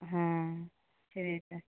हॅं छैबे करै